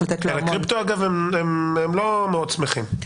הקריפטו, אגב, הם לא מאוד שמחים.